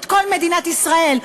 את כל מדינת ישראל,